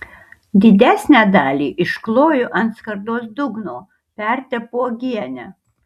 didesnę dalį iškloju ant skardos dugno pertepu uogiene